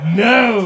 no